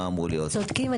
צודקים.